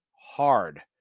hard